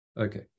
Okay